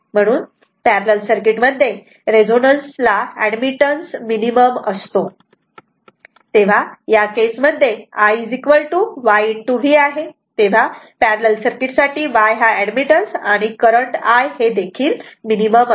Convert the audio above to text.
म्हणून parallel circuit मध्ये रेझोनन्सला ऍडमिटन्स मिनिमम असतो तेव्हा या केस मध्ये IYV आहे इथे पॅरलल सर्किट साठी Y हा एडमिटन्स आणि करंट I हे देखील मिनिमम असते